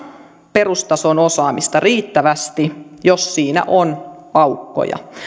perustason osaamista riittävästi jos siinä on aukkoja